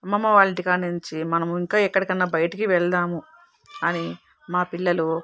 అమ్మమ్మ వాళ్ళ ఇంటి కాడ నుంచి మనం ఇంకా ఎక్కడికైనా బయటికి వెళ్దాం అని మా పిల్లలు